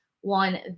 one